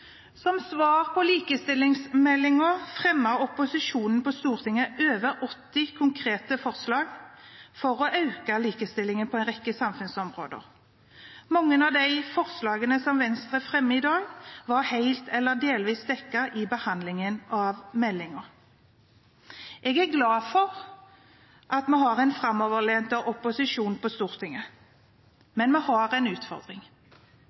Som svar på likestillingsmeldingen fremmet opposisjonen på Stortinget over 80 konkrete forslag for å øke likestillingen på en rekke samfunnsområder. Mange av de forslagene Venstre fremmer i dag, var helt eller delvis dekket under behandlingen av meldingen. Jeg er glad for at vi har en framoverlent opposisjon på Stortinget. Men vi har en utfordring.